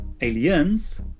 Aliens